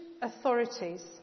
authorities